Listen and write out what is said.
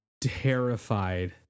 terrified